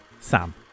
Sam